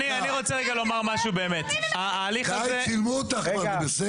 --- די, צילמו אותך כבר, זה בסדר.